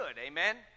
amen